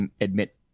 admit